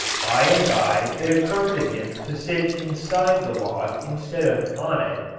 by and by it occurred to him to sit inside the log instead of on it,